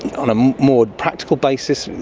on a more practical basis,